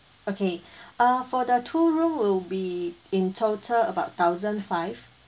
okay err for the two room will be in total about thousand five